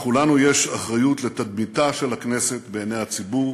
לכולנו יש אחריות לתדמיתה של הכנסת בציבור,